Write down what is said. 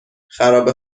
خرابه